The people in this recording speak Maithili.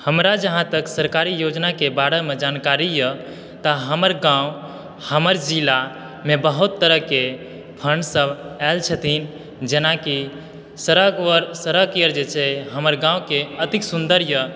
हमरा जहाँतक सरकारी योजनाके बारेमे जानकारी यऽ तऽ हमर गाँव हमर जिलामे बहुत तरहके फण्डसभ आयल छथिन जेनाकि सड़क आओर जे छै हमर गाँवके अति सुन्दर यऽ